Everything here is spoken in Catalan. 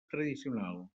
tradicional